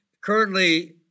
currently